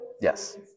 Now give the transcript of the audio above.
Yes